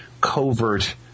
covert